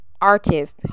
artist